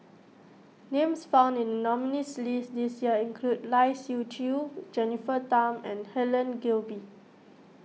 names found in the nominees' list this year include Lai Siu Chiu Jennifer Tham and Helen Gilbey